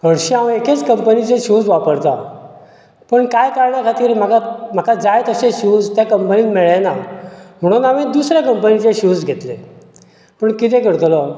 हरशी हांव एकेच कम्पनीचे शूज वापरता पूण कांय कारणां खातीर म्हाका म्हाका जाय तशें शूज त्या कम्पनीन मेळ्ळेना म्हणून हांवें दुसऱ्यां कम्पनीचे शूज घेतले पूण कितें करतलो